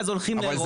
ואז הולכים לאירופה.